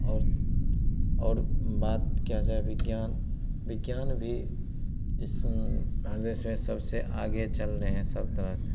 और और बात किया जाए विज्ञान विज्ञान भी इस हर देश में सबसे आगे चल रहा है सब तरह से